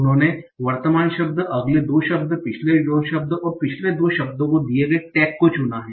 उन्होंने वर्तमान शब्द अगले दो शब्द पिछले दो शब्द और पिछले दो शब्दों को दिए गए टैग को चुना है